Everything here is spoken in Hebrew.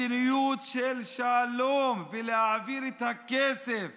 מדיניות של שלום ולהעביר את הכסף